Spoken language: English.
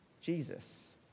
Jesus